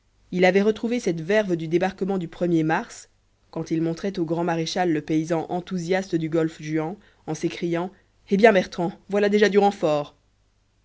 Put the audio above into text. il avait retrouvé cette verve du débarquement du er mars quand il montrait au grand-maréchal le paysan enthousiaste du golfe juan en s'écriant eh bien bertrand voilà déjà du renfort